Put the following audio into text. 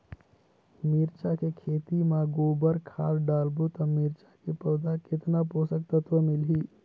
मिरचा के खेती मां गोबर खाद डालबो ता मिरचा के पौधा कितन पोषक तत्व मिलही?